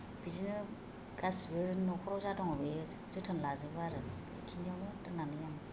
बिदिनो गासैबो नखराव जा दङ बे जोथोन लाजोबो आरो बेखिनियावनो दोन्नानै आं